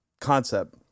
concept